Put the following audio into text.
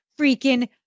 freaking